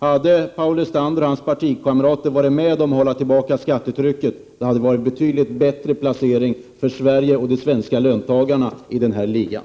Hade Paul Lestander och hans partikamrater varit med om att hålla tillbaka skattetrycket hade Sverige och de svenska löntagarna haft en betydligt bättre placering på ”löneligan”.